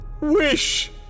wish